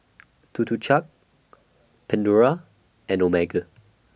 Tuk Tuk Cha Pandora and Omega